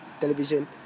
television